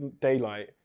daylight